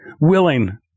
willing